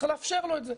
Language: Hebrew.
צריך לאפשר לו את זה.